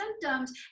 symptoms